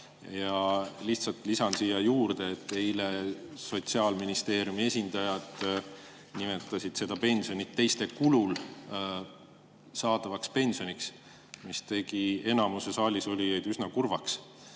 – lihtsalt lisan siia juurde, et eile Sotsiaalministeeriumi esindajad nimetasid seda pensioni teiste kulul saadavaks pensioniks, mis tegi enamiku saalisolijaid üsna kurvaks